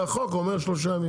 החוק אומר שלושה ימים.